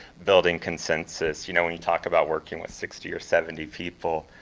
building consensus. you know when you're talking about working with sixty or seventy people,